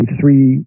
three